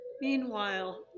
Meanwhile